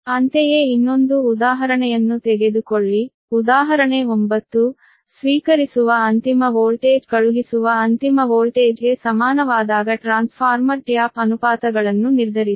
ಅಂತೆಯೇ ಇನ್ನೊಂದು ಉದಾಹರಣೆಯನ್ನು ತೆಗೆದುಕೊಳ್ಳಿ ಉದಾಹರಣೆ 9 ಸ್ವೀಕರಿಸುವ ಅಂತಿಮ ವೋಲ್ಟೇಜ್ ಕಳುಹಿಸುವ ಅಂತಿಮ ವೋಲ್ಟೇಜ್ಗೆ ಸಮಾನವಾದಾಗ ಟ್ರಾನ್ಸ್ಫಾರ್ಮರ್ ಟ್ಯಾಪ್ ಅನುಪಾತಗಳನ್ನು ನಿರ್ಧರಿಸಿ